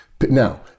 now